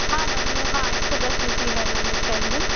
हाँ मैम हाँ एक सौ दस सी सी है इसका इंजेन